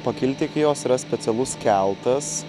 pakilti iki jos yra specialus keltas